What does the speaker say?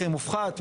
מחיר מופחת,